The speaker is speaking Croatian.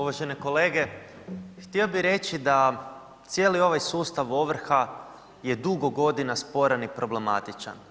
Uvažene kolege htio bih reći da cijeli ovaj sustav ovrha je dugo godina sporan i problematičan.